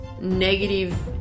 negative